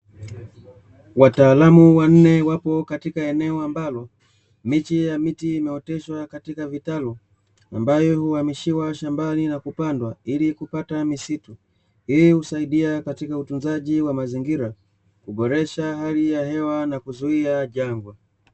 Wataalamu wanne wapo katika eneo ambalo miche ya miti imeoteshwa katika vitalu ambayo huhamishiwa shambani na kupandwa ili kupata misitu yenye kusaidia katika utunzaji wa mazingira kuboresha hali ya hewa na kuzuia jangwa.